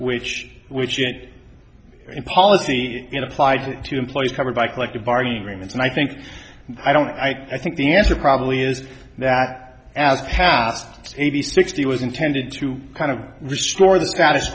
which which it policy applied to employees covered by collective bargaining agreements and i think i don't i i think the answer probably is that past maybe sixty was intended to kind of restore the status